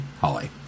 Holly